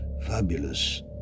fabulous